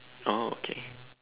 oh okay